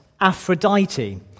Aphrodite